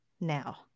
Now